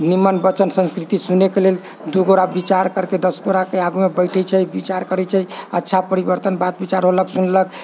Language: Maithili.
नीमन वचन संस्कृति सुनयके लेल दू गोटा विचार करके दस गोटाके आगूमे बैठैत छै विचार करैत छै अच्छा परिवर्तन बात विचार होलक सुनलक